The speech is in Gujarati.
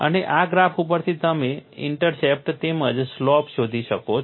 અને આ ગ્રાફ ઉપરથી તમે ઇન્ટરસેપ્ટ તેમજ સ્લોપ શોધી શકો છો